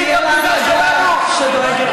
תהיה לה הנהגה שדואגת לנו.